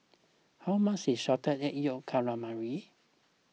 how much is Salted Egg Yolk Calamari